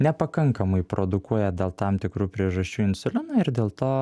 nepakankamai produkuoja dėl tam tikrų priežasčių insuliną ir dėl to